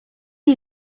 are